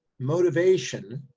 motivation,